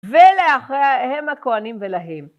ולאחריהם הכוהנים ולהם.